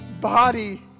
body